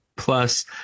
Plus